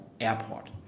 airport